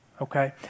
Okay